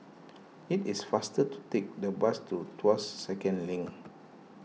it is faster to take the bus to Tuas Second Link